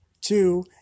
Two